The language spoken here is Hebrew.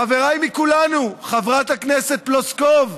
חבריי מכולנו, חברת הכנסת פלוסקוב,